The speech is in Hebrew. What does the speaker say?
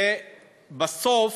ובסוף,